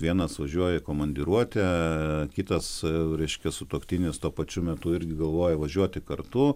vienas važiuoja į komandiruotę kitas reiškia sutuoktinis tuo pačiu metu irgi galvoja važiuoti kartu